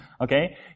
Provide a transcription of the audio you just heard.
Okay